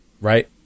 right